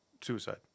suicide